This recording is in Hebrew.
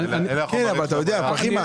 התירוץ הזה